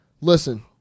Listen